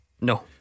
No